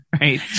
Right